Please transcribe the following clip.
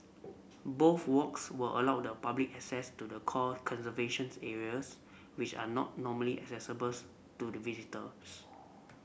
both walks will allow the public access to the core conservation's areas which are not normally accessible to the visitors